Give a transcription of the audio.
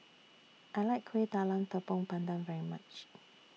I like Kueh Talam Tepong Pandan very much